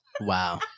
Wow